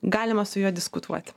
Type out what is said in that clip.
galima su juo diskutuoti